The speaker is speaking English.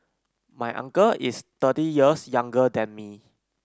my uncle is thirty years younger than me